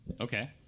Okay